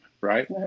right